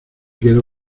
quedo